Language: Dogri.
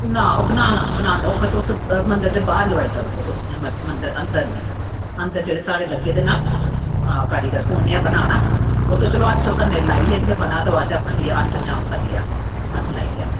ओह् ना ते ओह् तुस मंदर दे बाहर लोआई सकदे मंदर दे अंदर निं अंदर जेह्ड़े साढ़े लग्गे दे न कारीगर ओह् उ'नें गै बनाना ते ओह् चलो हत्थ लोआयो पर जां हत्थ बनांदे लोआयो ते हत्थ अग्गें करी लैआ हत्थ लाई लैआ